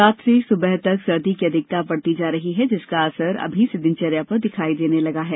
रात से अलसुबह तक सर्दी की अधिकता बढ़ती जा रही है जिसका असर अभी से दिनचर्या पर दिखाई देने लगा है